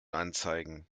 anzeigen